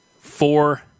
four